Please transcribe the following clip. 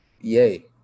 yay